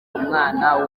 umwana